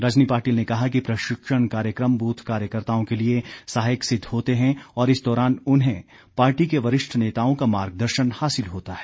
रजनी पाटिल ने कहा कि प्रशिक्षण कार्यक्रम बूथ कार्यकर्ताओं के लिए सहायक सिद्ध होते हैं और इस दौरान उन्हें पार्टी के वरिष्ठ नेताओं का मार्गदर्शन हासिल होता है